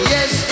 Yes